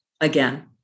again